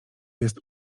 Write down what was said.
jest